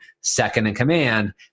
second-in-command